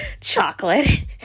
chocolate